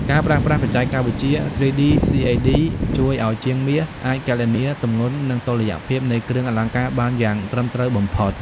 ការប្រើប្រាស់បច្ចេកវិទ្យា 3D CAD ជួយឱ្យជាងមាសអាចគណនាទម្ងន់ និងតុល្យភាពនៃគ្រឿងអលង្ការបានយ៉ាងត្រឹមត្រូវបំផុត។